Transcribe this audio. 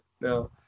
No